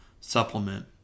supplement